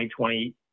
2020